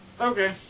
Okay